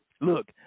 Look